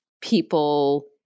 people